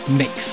mix